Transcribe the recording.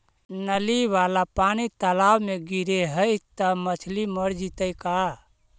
नली वाला पानी तालाव मे गिरे है त मछली मर जितै का?